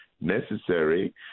necessary